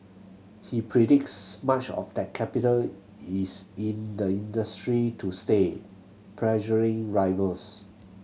he predicts much of that capital is in the industry to stay pressuring rivals